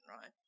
right